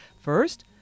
First